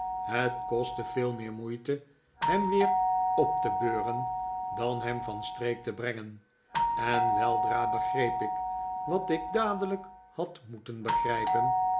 het kostte veel meer moeite hem weer op te beuren dan hem van streek te brengen en weldra begreep ik wat ik dadelijk had